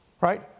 right